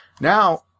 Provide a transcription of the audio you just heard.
Now